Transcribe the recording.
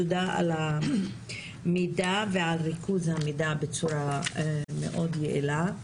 תודה על המידע ועל ריכוז המידע בצורה מאוד יעילה.